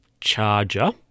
Charger